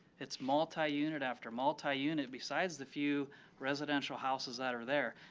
it's multi-unit after multi-unit, besides the few residential houses that are there.